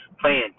playing